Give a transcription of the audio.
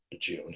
June